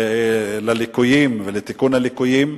על הליקויים ועל תיקון הליקויים.